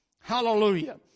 Hallelujah